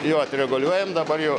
juos reguliuojam dabar jau